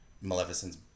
Maleficent's